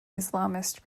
islamist